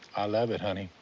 i love it, honey.